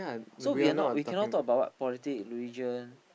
so we're not we cannot talk about what politic religion